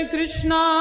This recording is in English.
Krishna